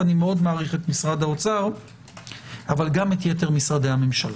ואני מאוד מעריך את משרד האוצר אבל גם יתר משרדי הממשלה.